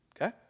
Okay